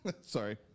Sorry